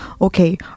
Okay